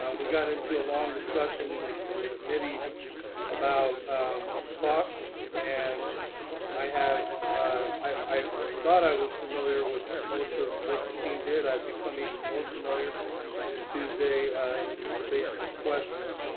um we got into a long discussion in the in the committees about costs and i have i thought i was familiar with most of what the team did. i've become even more familiar since tuesday in anticipation of questions.